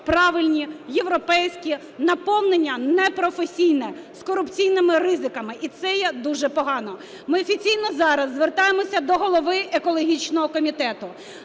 правильні, європейські, наповнення непрофесійне, з корупційними ризиками і це є дуже погано. Ми офіційно зараз звертаємося до голови екологічного комітету,